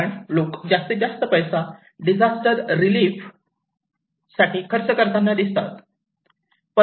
कारण लोक जास्तीत जास्त पैसा डिजास्टर रिलीफ साठी खर्च करताना दिसतात